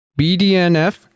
BDNF